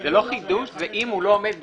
זה לא חידוש, אם הוא לא עומד בהשתלמות,